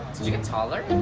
did you get taller?